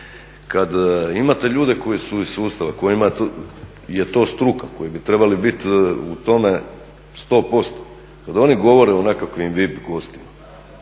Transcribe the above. kada imate ljude koji su iz sustava kojima je to struka, koji bi trebali biti u tome 100%, kada oni govore o nekakvim VIP gostima,